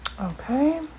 okay